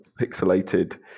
pixelated